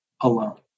alone